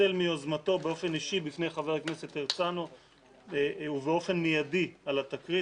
התנצל מיוזמתו באופן אישי בפני חבר הכנסת הרצנו ובאופן מיידי על התקרית